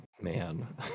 man